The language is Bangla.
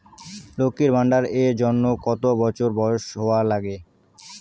লক্ষী ভান্ডার এর জন্যে কতো বছর বয়স হওয়া লাগে?